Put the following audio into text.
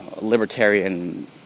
libertarian